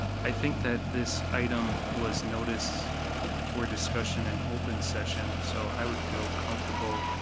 i think that this item was noticed for discussion in open session, so i would feel comfortable,